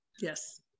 Yes